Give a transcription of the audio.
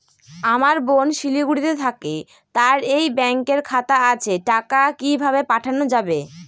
আমার বোন শিলিগুড়িতে থাকে তার এই ব্যঙকের খাতা আছে টাকা কি ভাবে পাঠানো যাবে?